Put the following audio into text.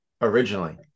originally